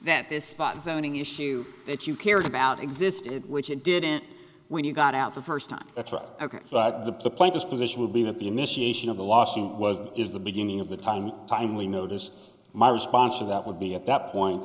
that this spot zoning issue that you cared about existed which it didn't when you got out the first time that's right but the point is position would be that the initiation of a lawsuit was is the beginning of the time and timely notice my response to that would be at that point